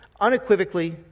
unequivocally